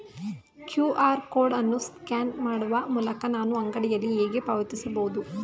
QR code ಅನ್ನು scan ಮಾಡುವ ಮೂಲಕ ನಾನು ಅಂಗಡಿಯಲ್ಲಿ ಹೇಗೆ ಪಾವತಿಸಬಹುದು?